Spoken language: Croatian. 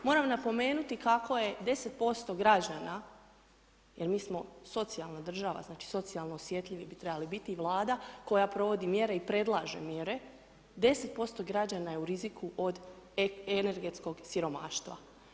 Moram napomenuti kako je 10% građana, jer mi smo socijalna država, znači socijalno osjetljivi bi trebali biti i Vlada koja provodi mjere i predlaže mjere, 10% građana je u riziku od energetskog siromaštva.